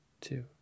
two